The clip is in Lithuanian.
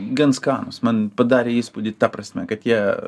gan skanūs man padarė įspūdį ta prasme kad jie